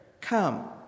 Come